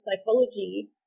psychology